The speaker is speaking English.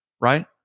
Right